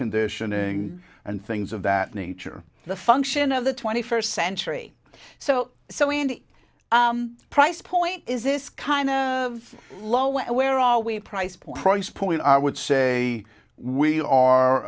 conditioning and things of that nature the function of the twenty first century so so in the price point is this kind of low where are we price point price point i would say we are